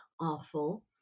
awful